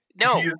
no